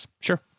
Sure